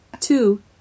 Two